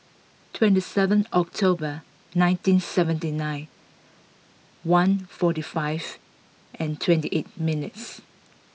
twenty seven October nineteen seventy nine one forty five and twenty eight minutes